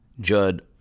Judd